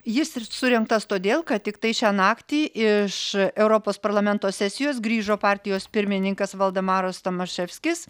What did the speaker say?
jis ir surengtas todėl kad tiktai šią naktį iš europos parlamento sesijos grįžo partijos pirmininkas valdemaras tomaševskis